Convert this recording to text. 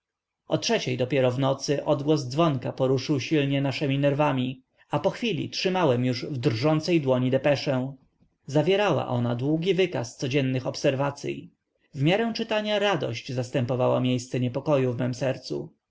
gościem o trzeciej dopiero w nocy odgłos dzwonka poruszył silnie naszemi nerwami a po chwili trzymałem już w drżącej dłoni depeszę zawierała ona długi wykaz codziennych obserwacyj w miarę czytania radość zastępowała miejsce niepokoju w mem sercu